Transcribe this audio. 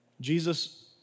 Jesus